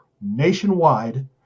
nationwide